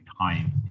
time